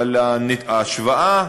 אבל ההשוואה